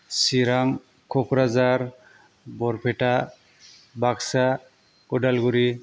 Chirang Kokrajhar Barpeta Baksa Udalguri